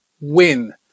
win